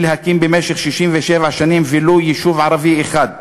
להקים במשך 67 שנים ולו יישוב ערבי אחד,